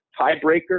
tiebreaker